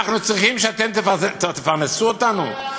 אנחנו צריכים שאתם תפרנסו אותנו?